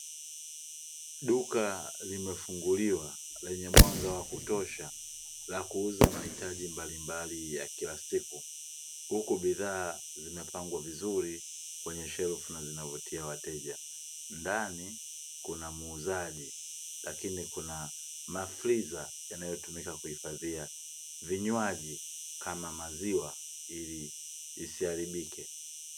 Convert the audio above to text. Duka limefunguliwa, lenye mwanga wa kutosha la kuuza mahitaji mbalimbali ya kila siku, huku bidhaa zimepangwa vizuri kwenye shelfu na zinavutia wateja, ndani kuna muuzaji, lakini kuna mafriza yanayotumika kuhifadhia vinywaji kama maziwa ili isiharibike.